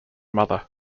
mother